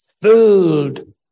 filled